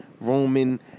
Roman